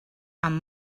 amb